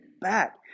back